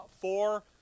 four